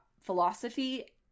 philosophy